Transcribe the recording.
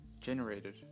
generated